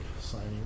signing